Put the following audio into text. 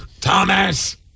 Thomas